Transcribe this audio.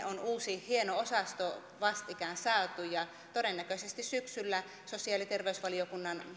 on uusi hieno osasto vastikään saatu ja todennäköisesti syksyllä sosiaali ja terveysvaliokunnan